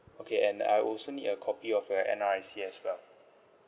okay and I also need a copy of your N_R_I_C as well